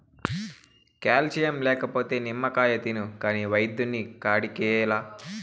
calcium లేకపోతే నిమ్మకాయ తిను కాని వైద్యుని కాడికేలా